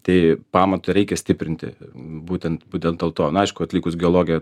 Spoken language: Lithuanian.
tai pamatą reikia stiprinti būtent būtent dėl to nu aišku atlikus geologiją